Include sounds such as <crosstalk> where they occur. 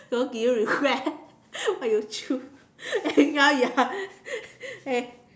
so did you regret <laughs> what you choose <laughs> and now you are <laughs> and